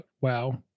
wow